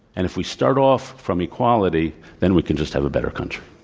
and if we start off from equality, then we can just have a better country.